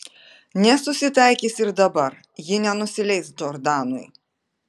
nesusitaikys ir dabar ji nenusileis džordanui